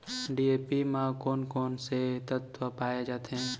DAP म कोन कोन से तत्व पाए जाथे?